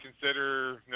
consider